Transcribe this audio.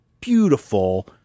beautiful